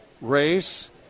race